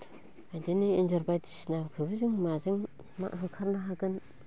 बिदिनो एनजर बायदिसिनाखौबो जों माजों मा होखारनो हागोन